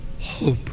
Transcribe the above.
hope